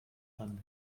handelt